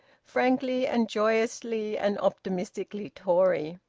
frankly and joyously and optimistically tory.